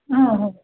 ಹಾಂ ಹ್ಞೂ